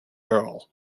earl